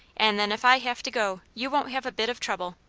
and then if i have to go, you won't have a bit of trouble.